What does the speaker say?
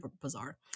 bizarre